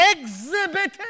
exhibited